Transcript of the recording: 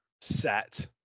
set